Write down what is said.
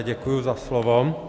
Děkuji za slovo.